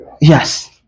Yes